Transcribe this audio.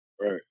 Right